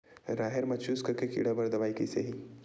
राहेर म चुस्क के कीड़ा बर का दवाई कइसे ही?